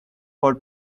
for